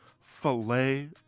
filet